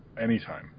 anytime